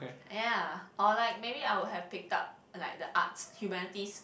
ya or like maybe I would have picked up like the arts humanities